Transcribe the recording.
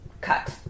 Cut